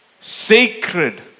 sacred